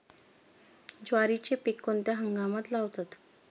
ज्वारीचे पीक कोणत्या हंगामात लावतात?